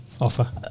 offer